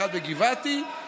אחד בגבעתי,